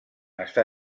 està